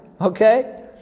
Okay